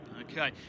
Okay